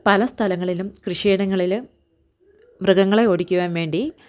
പല സ്ഥലങ്ങളിലും കൃഷിയിടങ്ങളില് മൃഗങ്ങളെ ഓടിക്കുവാൻ വേണ്ടി